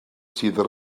sydd